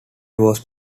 was